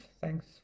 Thanks